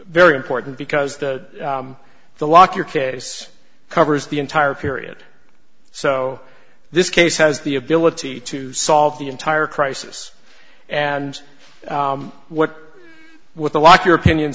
very important because the the lock your case covers the entire period so this case has the ability to solve the entire crisis and what with the like your opinion